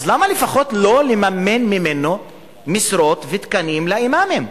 אז למה לפחות לא לממן בו משרות ותקנים לאימאמים?